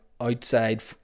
outside